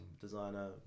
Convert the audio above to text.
designer